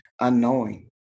unknowing